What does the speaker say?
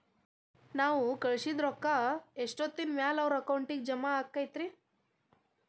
ನಾವು ಕಳಿಸಿದ್ ರೊಕ್ಕ ಎಷ್ಟೋತ್ತಿನ ಮ್ಯಾಲೆ ಅವರ ಅಕೌಂಟಗ್ ಜಮಾ ಆಕ್ಕೈತ್ರಿ?